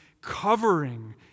covering